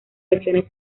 lesiones